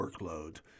workload